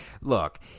look